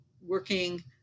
working